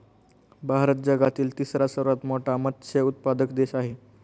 भारत जगातील तिसरा सर्वात मोठा मत्स्य उत्पादक देश आहे